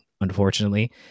unfortunately